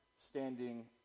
standing